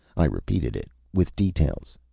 i repeated it, with details.